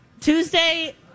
Tuesday